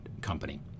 company